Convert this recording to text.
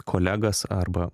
kolegas arba